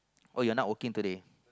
oh you're not working today